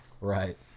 Right